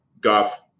Goff